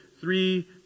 three